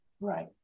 Right